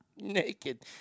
Naked